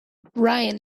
ryan